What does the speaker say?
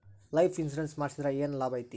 Life insurance ಮಾಡ್ಸಿದ್ರ ಏನ್ ಲಾಭೈತಿ?